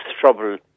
trouble